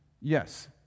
Yes